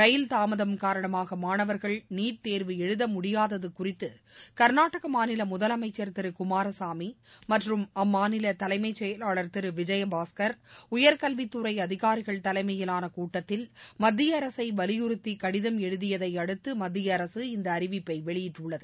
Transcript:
ரயில் தாமதம் காரணமாக மாணவர்கள் நீட் தேர்வு எழுத முடியாதது குறித்து க்நாடக மாநில முதலமைச்சர் திரு சுமாரசாமி மற்றும் அம்மாநில தலைமை செயலாளர் திரு விஜயபாஸ்கர் உயர்கல்வித்துறை அதிகாரிகள் தலைமையிலான கூட்டத்தில் மத்திய அரசை வலியுறுத்தி கடிதம் எழுதியதை அடுத்து மத்திய அரசு இந்த அறிவிப்பை வெளியிட்டுள்ளது